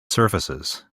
surfaces